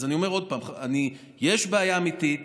אז אני אומר עוד פעם: יש בעיה אמיתית,